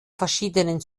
verschiedenen